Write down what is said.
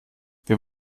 wir